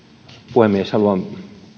puhemies haluan